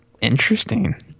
Interesting